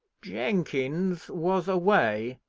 jenkins was away,